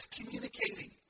communicating